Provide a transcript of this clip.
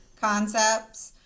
concepts